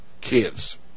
kids